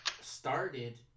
started